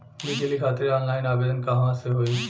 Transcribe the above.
बिजली खातिर ऑनलाइन आवेदन कहवा से होयी?